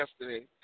yesterday